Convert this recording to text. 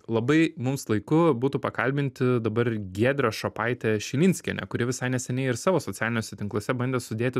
labai mums laiku būtų pakalbinti dabar ir giedrę šopaitę šilinskienę kuri visai neseniai ir savo socialiniuose tinkluose bandė sudėti